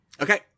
Okay